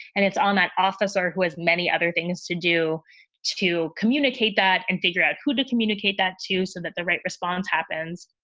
and it's on that officer who has many other things to do to communicate that and figure out how to communicate that to so that the right response happens.